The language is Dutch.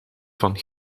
van